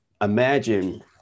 imagine